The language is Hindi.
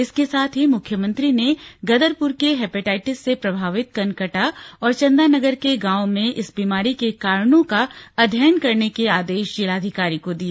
इसके साथ ही मुख्यमंत्री ने गदरपुर के हैपेटाईटिस से प्रभावित कनकटा और चन्दानगर के गांवों में इस बीमारी के कारणों का अध्ययन करने के आदेश जिलाधिकारी को दिए